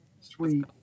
sweet